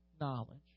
knowledge